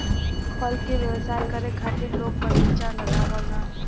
फल के व्यवसाय करे खातिर लोग बगीचा लगावलन